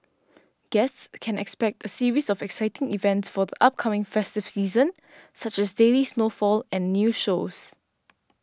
guests can expect a series of exciting events for the upcoming festive season such as daily snowfall and new shows